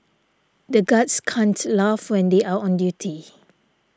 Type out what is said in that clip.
the guards can't laugh when they are on duty